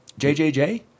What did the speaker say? JJJ